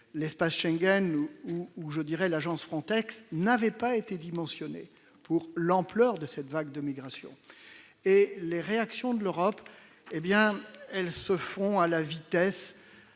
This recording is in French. l'espace Schengen où où où je dirais l'agence Frontex n'avait pas été dimensionné pour l'ampleur de cette vague de migration et les réactions de l'Europe, hé bien, elles se font à la vitesse